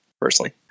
personally